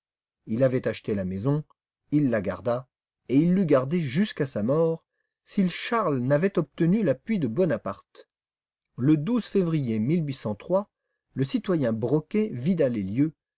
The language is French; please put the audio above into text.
il avait acheté la maison il la garda et il l'eût gardée jusqu'à sa mort si charles n'avait obtenu l'appui de bonaparte le février le citoyen broquet vida les lieux